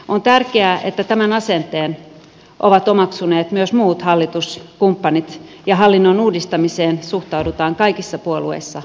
on tärkeää että tämän asenteen ovat omaksuneet myös muut hallituskumppanit ja hallinnon uudistamiseen suhtaudutaan kaikissa puolueissa avoimin mielin